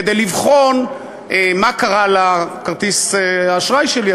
כדי לבחון מה קרה לכרטיס האשראי שלי.